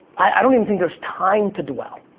i don't even think there's time to dwell.